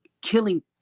Killing